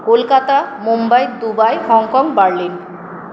Kolkata Mumbai Dubai Hong Kong Berlin